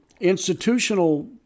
institutional